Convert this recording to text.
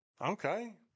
Okay